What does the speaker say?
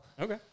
Okay